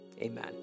Amen